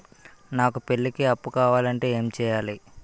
నాకు పెళ్లికి అప్పు కావాలంటే ఏం చేయాలి?